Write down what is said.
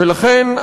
ולכן,